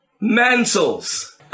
mantles